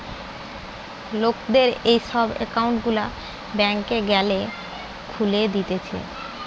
লোকদের এই সব একউন্ট গুলা ব্যাংকে গ্যালে খুলে দিতেছে